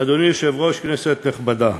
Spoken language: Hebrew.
אדוני היושב-ראש, כנסת נכבדה,